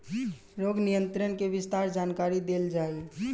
रोग नियंत्रण के विस्तार जानकरी देल जाई?